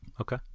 Okay